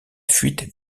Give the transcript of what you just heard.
fuite